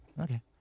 Okay